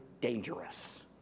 dangerous